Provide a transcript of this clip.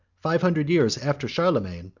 five hundred years after charlemagne,